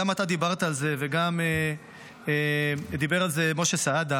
גם אתה דיברת על זה וגם דיבר על זה משה סעדה.